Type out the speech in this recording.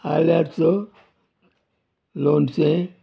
आल्यारचो लोनचें